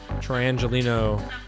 Triangelino